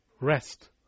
rest